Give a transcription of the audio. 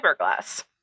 fiberglass